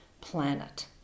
planet